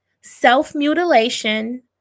self-mutilation